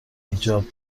ایجاب